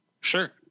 Sure